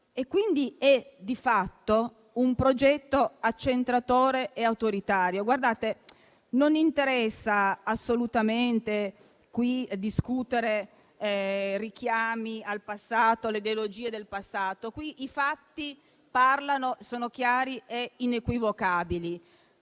È di fatto un progetto accentratore e autoritario. Qui non interessa assolutamente discutere di richiami al passato o alle ideologie del passato. I fatti parlano, sono chiari e inequivocabili.